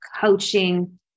coaching